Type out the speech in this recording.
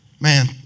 Man